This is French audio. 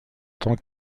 tant